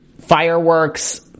fireworks